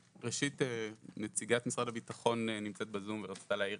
ראשית, נציגת משרד הביטחון נמצאת בזום ורצתה להעיר